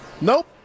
Nope